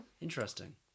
interesting